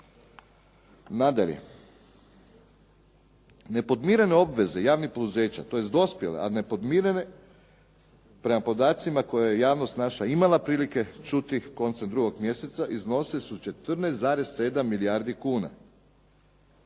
Nadalje, nepodmirene obveze javnih poduzeća, tj. dospjele, a nepodmirene prema podacima koje je javnost naša imala prilike čuti koncem drugog mjeseca iznosile su 14,7 milijardi kuna,